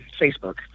Facebook